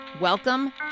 Welcome